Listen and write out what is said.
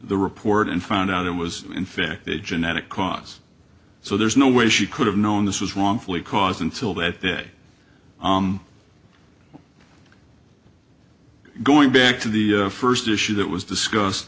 report and found out it was infected genetic cause so there's no way she could have known this was wrongfully cause until that day going back to the first issue that was discussed